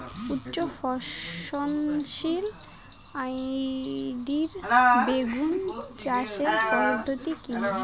উচ্চ ফলনশীল হাইব্রিড বেগুন চাষের পদ্ধতি কী?